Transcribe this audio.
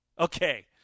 Okay